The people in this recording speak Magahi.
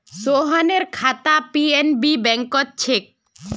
सोहनेर खाता पी.एन.बी बैंकत छेक